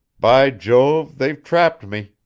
by jove, they've trapped me,